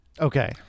Okay